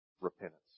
repentance